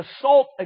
assault